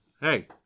Hey